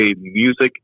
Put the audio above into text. music